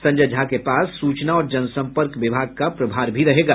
संजय झा के पास सूचना और जनसंपर्क विभाग का प्रभार भी रहेगा